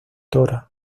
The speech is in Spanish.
dra